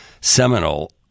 seminal